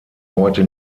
heute